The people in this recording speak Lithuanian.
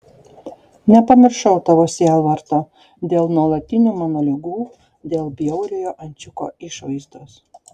nepamiršau tavo sielvarto dėl nuolatinių mano ligų dėl bjauriojo ančiuko išvaizdos